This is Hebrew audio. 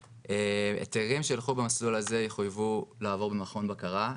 היתרים שילכו במסלול הזה יחויבו לעבור במכון בקרה,